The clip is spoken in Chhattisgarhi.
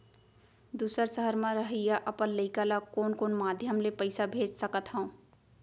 दूसर सहर म रहइया अपन लइका ला कोन कोन माधयम ले पइसा भेज सकत हव?